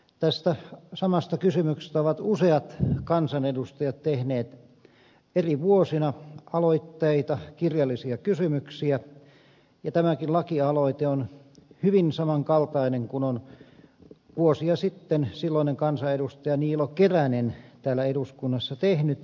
tästä samasta kysymyksestä ovat useat kansanedustajat tehneet eri vuosina aloitteita kirjallisia kysymyksiä ja tämäkin lakialoite on hyvin samankaltainen kuin on vuosia sitten silloinen kansanedustaja niilo keränen täällä eduskunnassa tehnyt